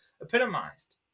epitomized